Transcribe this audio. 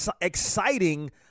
exciting